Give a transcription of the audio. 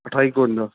ਅਠਾਈ ਇੱਕਵੰਜਾ